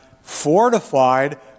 fortified